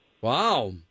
Wow